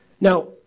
Now